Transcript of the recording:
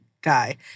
guy